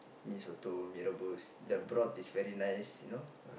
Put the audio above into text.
mee-soto mee-rebus the broth is very nice you know